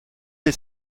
les